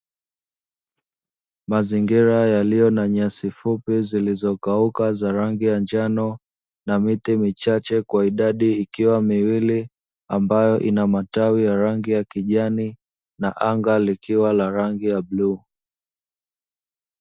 Mazingira yaliyo na nyasi fupi zilizokauka za rangi ya njano, na miti michache kwa idadi ikiwa miwili ambayo ina matawi ya rangi ya kijani na anga likiwa la rangi ya bluu.